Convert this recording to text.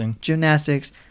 gymnastics